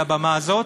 על הבמה הזאת,